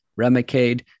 Remicade